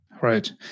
Right